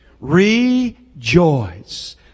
Rejoice